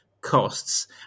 costs